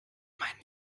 meinen